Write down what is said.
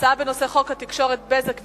הצעת חוק התקשורת (בזק ושידורים)